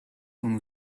unu